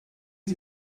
sie